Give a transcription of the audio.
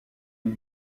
une